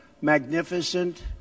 magnificent